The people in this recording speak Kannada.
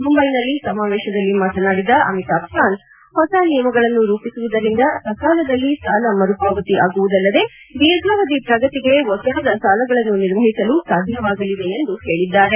ಮುಂಬೈನಲ್ಲಿ ಸಮಾವೇಶದಲ್ಲಿ ಮಾತನಾದಿದ ಅಮಿತಾಬ್ ಕಾಂತ್ ಹೊಸ ನಿಯಮಗಳನ್ನು ರೂಪಿಸುವುದರಿಂದ ಸಕಾಲದಲ್ಲಿ ಸಾಲ ಮರುಪಾವತಿ ಆಗುವುದಲ್ಲದೆ ದೀರ್ಘಾವಧಿ ಪ್ರಗತಿಗೆ ಒತ್ತಡದ ಸಾಲಗಳನ್ನು ನಿರ್ವಹಿಸಲು ಸಾಧ್ಯವಾಗಲಿದೆ ಎಂದು ಹೇಳಿದ್ದಾರೆ